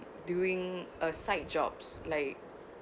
doing a side jobs like